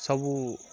ସବୁ